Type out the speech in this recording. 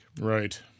Right